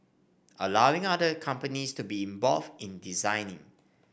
allowing other companies to be involved in designing